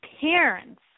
parents